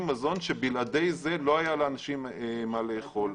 מזון שבלעדי זה לא היה לאנשים מה לאכול.